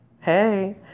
Hey